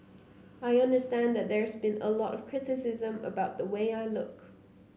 I understand that there's been a lot of criticism about the way I look